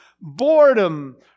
boredom